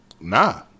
nah